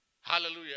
Hallelujah